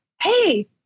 hey